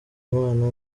imana